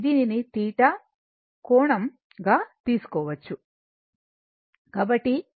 దీనిని θ కోణం as గా తీసుకోవచ్చు